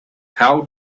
how